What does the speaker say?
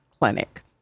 clinic